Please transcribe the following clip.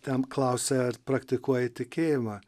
ten klausia ar praktikuoji tikėjimą